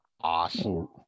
Awesome